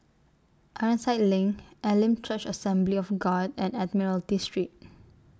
Ironside LINK Elim Church Assembly of God and Admiralty Street